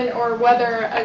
or, whether